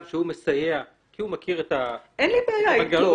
שהוא מסייע כי הוא מכיר את ה --- אין לי בעיה איתו,